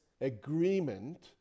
agreement